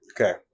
Okay